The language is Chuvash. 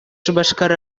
шупашкар